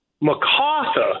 MacArthur